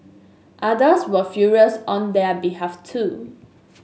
others were furious on their behalf too